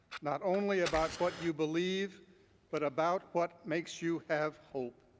not only about what you believe but about what makes you have hope.